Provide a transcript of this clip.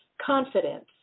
confidence